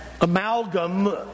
amalgam